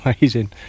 amazing